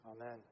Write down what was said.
Amen